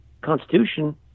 Constitution